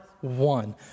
one